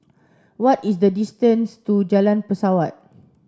what is the distance to Jalan Pesawat